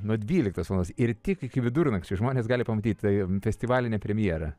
nuo dvyliktos valandos ir tik iki vidurnakčio žmonės gali pamatyti tai festivalinę premjerą